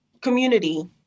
community